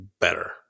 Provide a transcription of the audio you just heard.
better